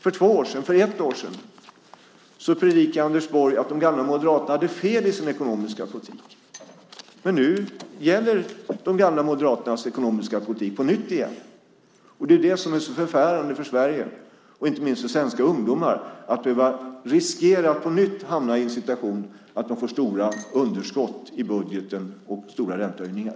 För två år sedan, för ett år sedan, predikade Anders Borg att de gamla moderaterna hade fel i sin ekonomiska politik. Men nu gäller de gamla moderaternas ekonomiska politik på nytt igen. Det är vad som är så förfärande för Sverige och inte minst för svenska ungdomar. De behöver på nytt riskera att hamna i en situation där de får stora underskott i budgeten och stora räntehöjningar.